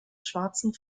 schwarzen